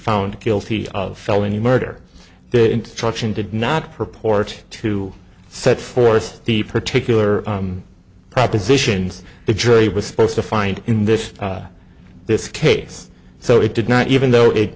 found guilty of felony murder their instruction did not purport to set forth the particular propositions the jury was supposed to find in this this case so it did not even though it